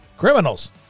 Criminals